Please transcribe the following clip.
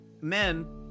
men